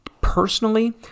personally